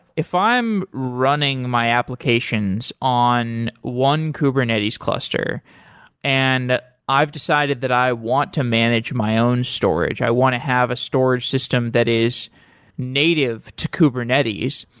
if i am running my applications on one kubernetes cluster and i've decided that i want to manage my own storage. i want to have a storage system that is native to kubernetes,